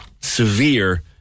severe